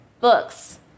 books